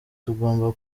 tugomba